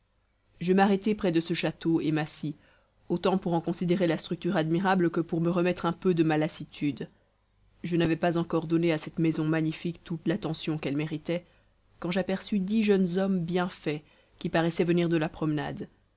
je m'arrêtai près de ce château et m'assis autant pour en considérer la structure admirable que pour me remettre un peu de ma lassitude je n'avais pas encore donné à cette maison magnifique toute l'attention qu'elle méritait quand j'aperçus dix jeunes hommes bien faits qui paraissaient venir de la promenade